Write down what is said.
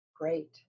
Great